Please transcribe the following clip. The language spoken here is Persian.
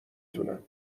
تونم